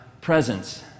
Presence